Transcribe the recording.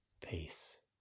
Peace